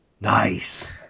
Nice